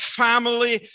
family